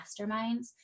masterminds